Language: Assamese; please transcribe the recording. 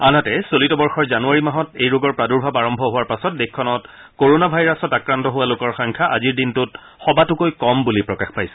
আনহাতে চলিত বৰ্ষৰ জানুৱাৰী মাহত এই ৰোগৰ প্ৰাদুৰ্ভাৱ আৰম্ভ হোৱাৰ পাছত দেশখনত কৰোনা ভাইৰাছত আক্ৰান্ত হোৱা লোকৰ সংখ্যা আজিৰ দিনটোত সবাতোকৈ কম বুলি প্ৰকাশ পাইছে